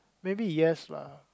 maybe yes lah